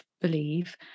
believe